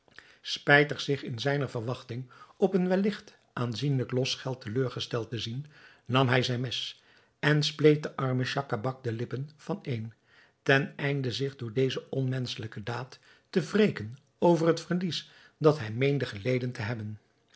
spijtig zich in zijne verwachting op een welligt aanzienlijk losgeld teleurgesteld te zien nam hij zijn mes en spleet den armen schacabac de lippen vaneen ten einde zich door deze onmenschelijke daad te wreken over het verlies dat hij meende geleden te hebben